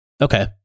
Okay